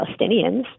Palestinians